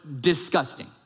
disgusting